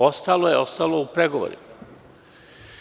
Ostalo je ostalo u pregovorima.